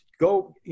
go